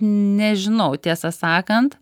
nežinau tiesą sakant